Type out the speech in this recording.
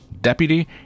deputy